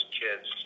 kids